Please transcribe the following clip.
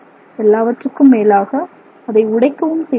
எல்லாவற்றுக்கும் மேலாக அதை உடைக்கவும் செய்கிறீர்கள்